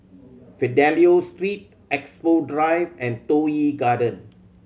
Fidelio Street Expo Drive and Toh Yi Garden